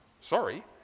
Sorry